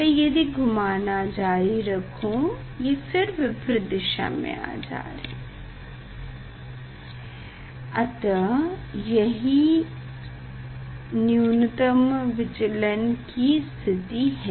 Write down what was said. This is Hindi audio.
मैं यदि घूमना जारी रखु ये फिर विपरीत दिशा में आ रहे हैं अतः यही न्यूनतम विचलन कि स्थिति है